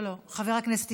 חמש דקות